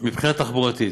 מבחינה תחבורתית,